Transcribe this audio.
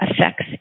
affects